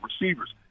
receivers